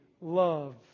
love